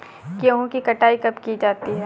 गेहूँ की कटाई कब की जाती है?